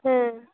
ᱦᱮᱸ